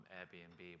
Airbnb